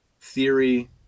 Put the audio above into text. theory